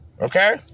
Okay